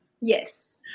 Yes